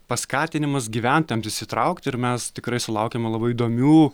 paskatinimas gyventojams įsitraukti ir mes tikrai sulaukiame labai įdomių